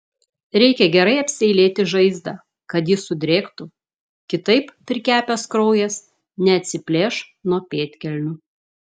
reikia gerai apseilėti žaizdą kad ji sudrėktų kitaip prikepęs kraujas neatsiplėš nuo pėdkelnių